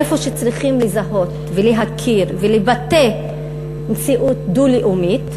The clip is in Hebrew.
איפה שצריכים לזהות ולהכיר ולבטא מציאות דו-לאומית,